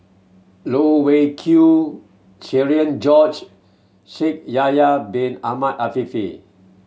Loh Wai Kiew Cherian George Shaikh Yahya Bin Ahmed Afifi